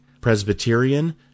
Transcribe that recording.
presbyterian